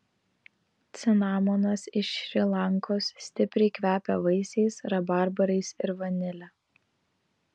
cinamonas iš šri lankos stipriai kvepia vaisiais rabarbarais ir vanile